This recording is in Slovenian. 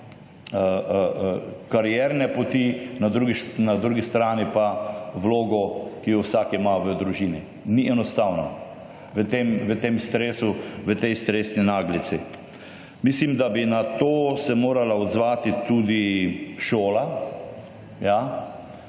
(nadaljevanje) strani pa vlogo, ki jo vsak ima v družini. Ni enostavno. V tem stresu, v tej stresni naglici. Mislim, da bi na to se morala odzvati tudi šola,